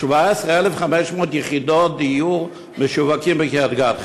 17,500 יחידות דיור משווקות בקריית-גת,